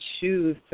choose